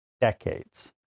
decades